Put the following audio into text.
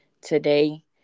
today